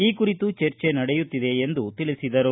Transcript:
ಈ ಕುರಿತು ಚರ್ಚೆ ನಡೆಯುತ್ತಿದೆ ಎಂದು ಹೇಳಿದರು